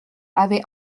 avait